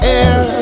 air